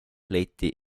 leiti